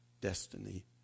destiny